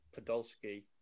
Podolski